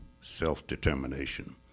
self-determination